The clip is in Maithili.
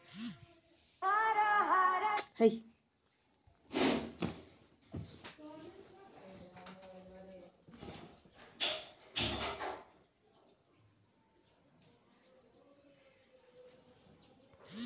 हम फैरी बाला काम करै छी लोन कैना भेटते?